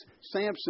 Samson